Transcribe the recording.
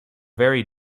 very